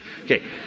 Okay